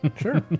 sure